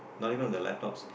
not even the laptops